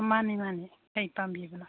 ꯃꯥꯅꯤ ꯃꯥꯅꯤ ꯀꯩ ꯄꯥꯝꯕꯤꯕꯅꯣ